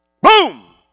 Boom